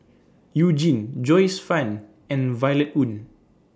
YOU Jin Joyce fan and Violet Oon